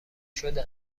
شده